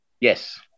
Yes